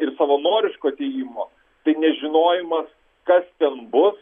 ir savanoriško atėjimo tai nežinojimas kas ten bu